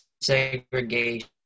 segregation